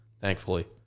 thankfully